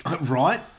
Right